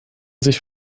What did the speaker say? sich